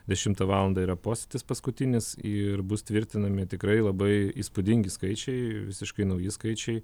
dešimą valandą yra posėdis paskutinis ir bus tvirtinami tikrai labai įspūdingi skaičiai visiškai nauji skaičiai